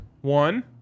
One